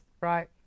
Right